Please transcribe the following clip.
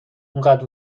انقد